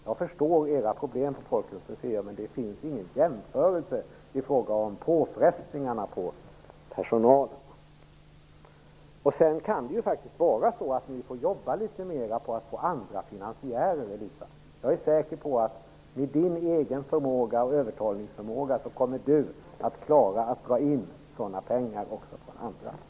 Jag förstår problemen vid Folkens museum, men de kan inte jämföras med påfrestningarna på den här personalen. Det kan vidare faktiskt vara så att vi får arbeta litet mer för att få andra finansiärer. Jag är säker på att Elisa Abascal Reyes med sin övertalningsförmåga kommer att klara att dra in sådana pengar också från andra håll.